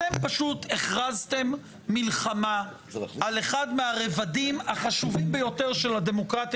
אתם פשוט הכרזתם מלחמה על אחד מהרבדים החשובים ביותר של הדמוקרטיה